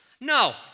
no